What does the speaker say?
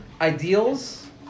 ideals